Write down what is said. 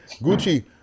Gucci